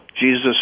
Jesus